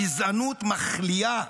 גזענות מחליאה.